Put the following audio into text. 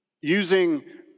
using